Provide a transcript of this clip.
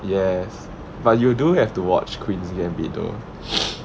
yes but you do have to watch queen's gambit though